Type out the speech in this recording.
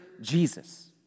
Jesus